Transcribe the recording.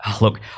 look